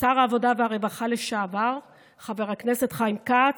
לשר העבודה והרווחה לשעבר חבר הכנסת חיים כץ,